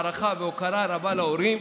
הערכה והוקרה רבים להורים